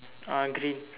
ah green